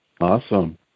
awesome